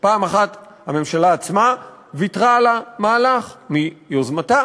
פעם אחת הממשלה עצמה ויתרה על המהלך, מיוזמתה,